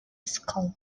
skull